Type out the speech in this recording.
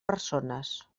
persones